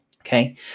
Okay